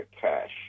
cash